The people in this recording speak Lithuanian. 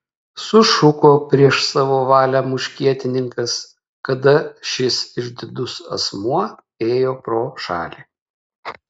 sušuko prieš savo valią muškietininkas kada šis išdidus asmuo ėjo pro šalį